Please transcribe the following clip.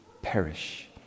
perish